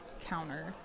counter